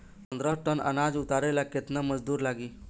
पन्द्रह टन अनाज उतारे ला केतना मजदूर लागी?